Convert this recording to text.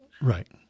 right